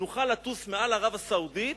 נוכל לטוס מעל ערב-הסעודית,